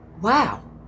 wow